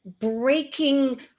Breaking